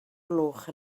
gloch